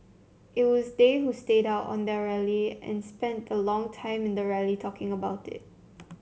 it was they who started out on their rally and spent a long time in the rally talking about it